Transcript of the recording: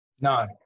No